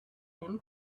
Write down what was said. him